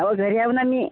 अहो घरी आहो ना मी